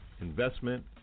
investment